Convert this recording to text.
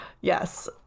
Yes